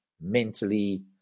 mentally